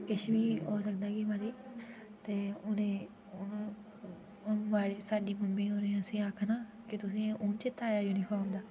किश बी हो सकदा ऐ मतलब कि उ'नें ओह् मारे साढ़ी मम्मी होरे असें ई आखना तुसें ई हून चेता आया ऐ यूनिफॉर्म दा